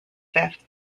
fifth